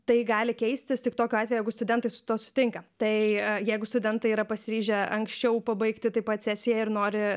tai gali keistis tik tokiu atveju jeigu studentai su tuo sutinka tai jeigu studentai yra pasiryžę anksčiau pabaigti taip pat sesiją ir nori